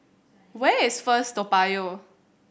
where is First Toa Payoh